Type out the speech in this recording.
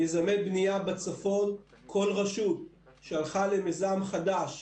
מיזמי בנייה בצפון כל רשות שהלכה למיזם חדש,